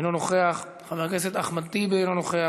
אינו נוכח, חבר הכנסת אחמד טיבי, אינו נוכח,